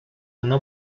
una